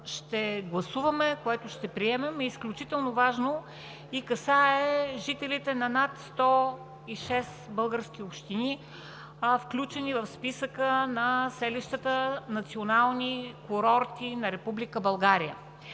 ще гласуваме – което ще приемем – е изключително важно и касае жителите на над 106 български общини, включени в списъка на селищата национални курорти на Република